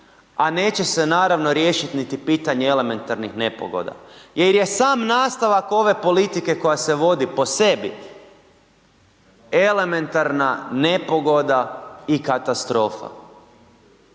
a neće se naravno, riješiti niti pitanje elementarnih nepogoda jer je sam nastavak ove politike koja se vodi po sebi, elementarna nepogoda i katastrofa.